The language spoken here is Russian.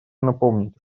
напомнить